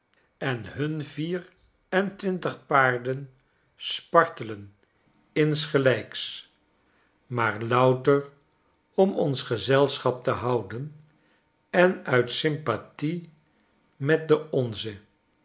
en hun vier en twintig paarden spartelen insgelijks maar louter om ons gezelschap te houden en uit sympathie met de onze